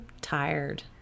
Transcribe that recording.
tired